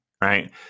right